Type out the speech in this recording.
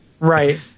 Right